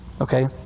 Okay